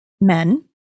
men